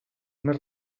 més